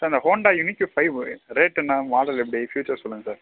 sir இந்த Honda unique five rate என்ன model எப்படி ஃப்யூச்சர்ஸ் சொல்லுங்க சார்